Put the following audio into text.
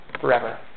forever